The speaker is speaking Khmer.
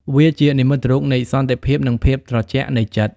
វាជានិមិត្តរូបនៃសន្តិភាពនិងភាពត្រជាក់នៃចិត្ត។